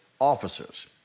officers